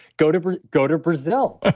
go to but go to brazil. ah